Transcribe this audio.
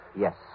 Yes